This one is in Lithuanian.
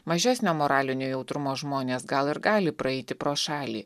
mažesnio moralinio jautrumo žmonės gal ir gali praeiti pro šalį